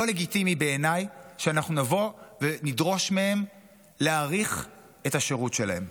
לא לגיטימי בעיניי שאנחנו נבוא ונדרוש מהם להאריך את השירות שלהם,